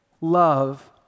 love